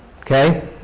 Okay